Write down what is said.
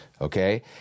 Okay